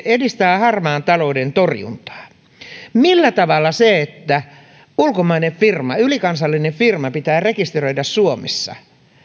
edistää harmaan talouden torjuntaa millä tavalla se että ulkomainen firma ylikansallinen firma pitää rekisteröidä suomessa